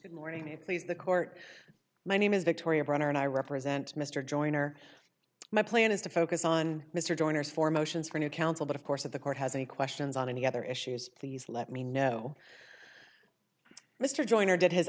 this morning to please the court my name is victoria brown and i represent mr joyner my plan is to focus on mr joiners for motions for new counsel but of course of the court has any questions on any other issues please let me know mr joyner did his